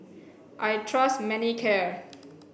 I trust Manicare